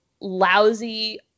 lousy